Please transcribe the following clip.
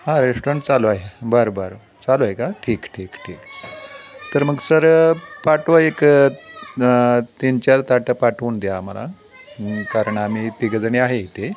हां रेस्टॉरंट चालू आहे बरं बरं चालू आहे का ठीक ठीक ठीक तर मग सर पाठवा एक तीन चार ताटं पाटवून द्या आम्हाला कारण आम्ही तिघंजणी आहे इथे